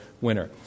winner